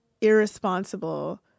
irresponsible